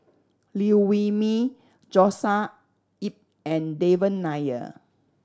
Liew Wee Mee Joshua Ip and Devan Nair